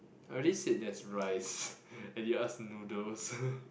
I already said there's rice and you ask noodles